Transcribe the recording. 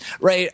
right